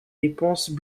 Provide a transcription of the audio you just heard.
dépenses